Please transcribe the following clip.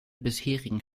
bisherigen